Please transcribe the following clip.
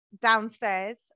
downstairs